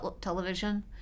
television